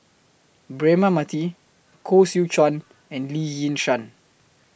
Braema Mathi Koh Seow Chuan and Lee Yi Shyan